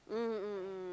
mm mm mm mm